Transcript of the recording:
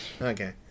Okay